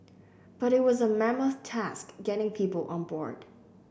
but it was a mammoth task getting people on board